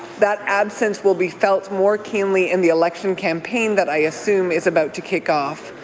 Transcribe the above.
that absence will be felt more keenly in the election campaign that i assume is about to kick off,